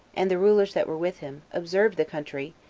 and the rulers that were with him, observed the country,